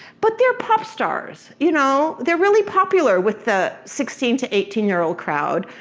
but they're pop stars, you know. they're really popular with the sixteen to eighteen year old crowd.